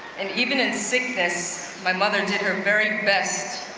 and even in sickness, my mother did her very best.